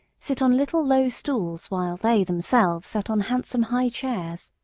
sit on little low stools while they themselves sat on handsome high chairs.